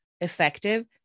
effective